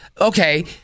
Okay